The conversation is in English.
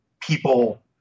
people